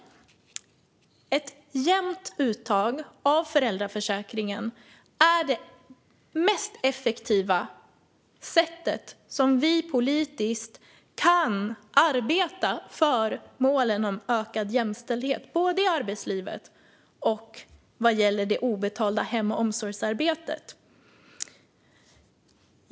Ett jämnt uttag av föräldraförsäkringen är det mest effektiva sättet som vi politiskt kan arbeta på för att nå målet om ökad jämställdhet i både arbetslivet och det obetalda hem och omsorgsarbetet.